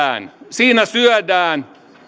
siinä syödään